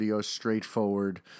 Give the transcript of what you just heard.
straightforward